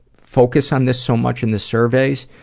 focus on this so much in the surveys,